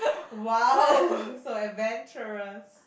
!wow! so adventurous